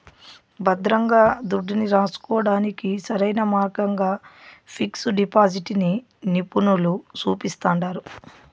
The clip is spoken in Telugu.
భద్రంగా దుడ్డుని రాసుకోడానికి సరైన మార్గంగా పిక్సు డిపాజిటిని నిపునులు సూపిస్తండారు